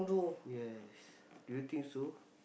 yes do you think so